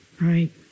right